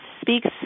speaks